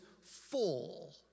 full